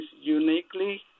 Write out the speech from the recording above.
uniquely